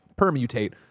permutate